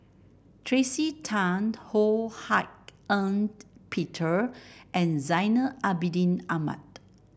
Tracey Tan Ho Hak Ean Peter and Zainal Abidin Ahmad